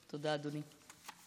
תודה, אדוני.